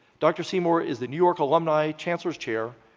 dr. seymour is the new york alumni chancellor's chair,